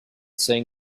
saying